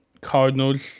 Cardinals